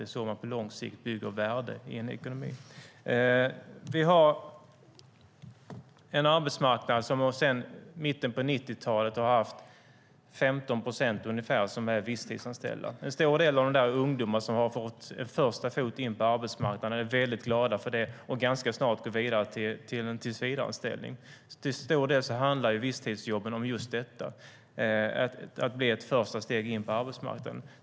Det är så man på lång sikt bygger värde i en ekonomi. Vi har en arbetsmarknad som sedan mitten på 1990-talet har haft ungefär 15 procent visstidsanställda. En stor del av dem är ungdomar som har fått en första fot in på arbetsmarknaden, är väldigt glada för det och ganska snart går vidare till en tillsvidareanställning. Till stor del handlar visstidsjobben om just detta, alltså om ett första steg in på arbetsmarknaden.